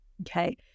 okay